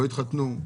לא התחתנו.